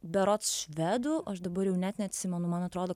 berods švedų aš dabar jau net neatsimenu man atrodo